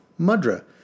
Mudra